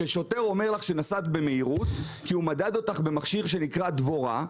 כששוטר אומר לך שנסעת במהירות כי הוא מדד אותך במכשיר שנקרא דבורה,